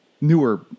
newer